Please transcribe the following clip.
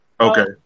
Okay